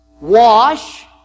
Wash